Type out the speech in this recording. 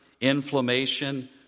inflammation